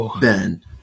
Ben